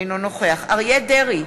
אינו נוכח אריה דרעי,